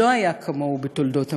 לא היה כמוהו בתולדות המדינה,